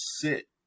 sit